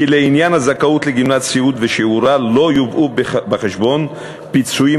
כי לעניין הזכאות לגמלת סיעוד ושיעורה לא יובאו בחשבון פיצויים